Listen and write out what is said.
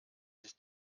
sich